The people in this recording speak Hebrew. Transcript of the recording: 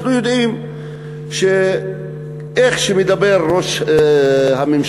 אנחנו יודעים מדברי ראש הממשלה,